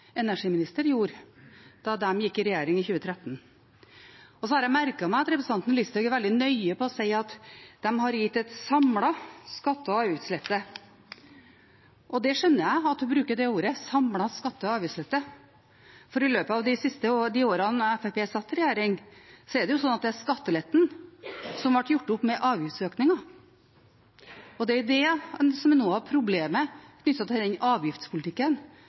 energiminister gjorde da de gikk i regjering i 2013. Så har jeg merket meg at representanten Listhaug er veldig nøye på å si at de har gitt en samlet skatte- og avgiftslette, og jeg skjønner at hun bruker de ordene, «samlet skatte- og avgiftslette», for i løpet av de årene Fremskrittspartiet satt i regjering, var det slik at skatteletten som ble gjort opp med avgiftsøkninger. Det er det som er noe av problemet knyttet til den avgiftspolitikken